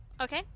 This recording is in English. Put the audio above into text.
Okay